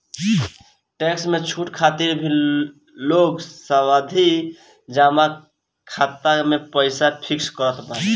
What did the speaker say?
tax में छूट खातिर भी लोग सावधि जमा खाता में पईसा फिक्स करत बाने